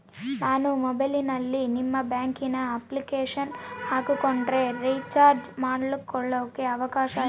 ನಾನು ಮೊಬೈಲಿನಲ್ಲಿ ನಿಮ್ಮ ಬ್ಯಾಂಕಿನ ಅಪ್ಲಿಕೇಶನ್ ಹಾಕೊಂಡ್ರೆ ರೇಚಾರ್ಜ್ ಮಾಡ್ಕೊಳಿಕ್ಕೇ ಅವಕಾಶ ಐತಾ?